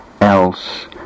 else